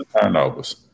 turnovers